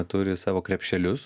turi savo krepšelius